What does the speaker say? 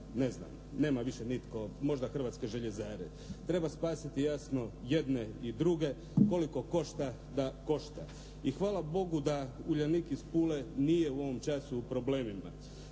ne znam, nema više nitko, možda hrvatske željezare. Treba spasiti jasno jedne i druge, koliko košta da košta. I hvala Bogu da Uljanik iz Pule nije u ovom času u problemima.